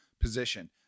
position